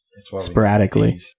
Sporadically